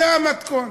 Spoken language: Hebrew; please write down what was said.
זה המתכון.